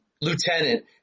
lieutenant